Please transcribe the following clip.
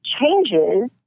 changes